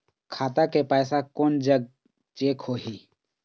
खाता के पैसा कोन जग चेक होही?